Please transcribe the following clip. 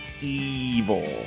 evil